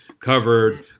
covered